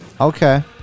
Okay